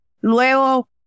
luego